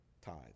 tithes